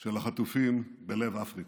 של החטופים בלב אפריקה.